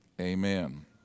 Amen